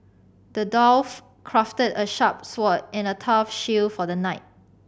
the dwarf crafted a sharp sword and a tough shield for the knight